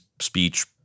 speech